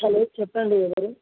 hello చెప్పండి ఎవరు